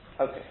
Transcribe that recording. Okay